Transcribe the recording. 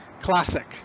Classic